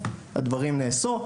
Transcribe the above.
הדברים נעשו.